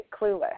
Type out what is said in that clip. clueless